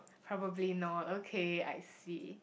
probably not okay I see